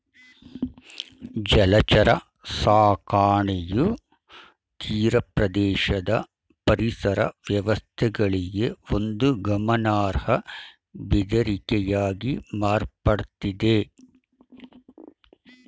ಜಲಚರ ಸಾಕಣೆಯು ತೀರಪ್ರದೇಶದ ಪರಿಸರ ವ್ಯವಸ್ಥೆಗಳಿಗೆ ಒಂದು ಗಮನಾರ್ಹ ಬೆದರಿಕೆಯಾಗಿ ಮಾರ್ಪಡ್ತಿದೆ